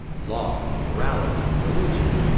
law, morality, religion,